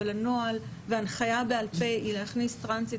אבל הנוהל וההנחיה בעל פה הם להכניס טרנסית